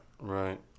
right